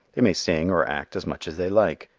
they may sing or act as much as they like,